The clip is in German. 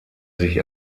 sich